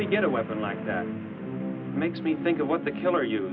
i get a weapon like that makes me think of what the killer you